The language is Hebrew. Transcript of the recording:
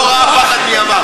לא ראה פחד מימיו.